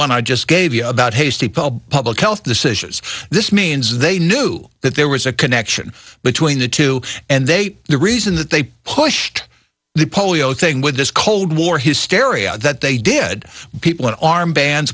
one i just gave you about hasty paul public health decisions this means they knew that there was a connection between the two and they say the reason that they pushed the polio thing with this cold war hysteria that they did people and armbands